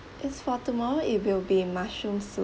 as for tomorrow it will be mushroom soup